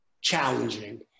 challenging